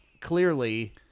clearly